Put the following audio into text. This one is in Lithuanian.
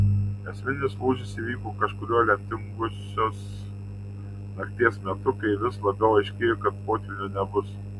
esminis lūžis įvyko kažkuriuo lemtingosios nakties metu kai vis labiau aiškėjo kad potvynio nebus